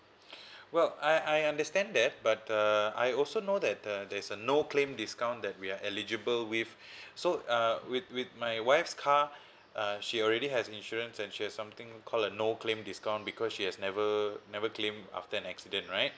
well I I understand that but uh I also know that the there's a no claim discount that we are eligible with so uh with with my wife's car uh she already has insurance and she has something called a no claim discount because she has never never claimed after an accident right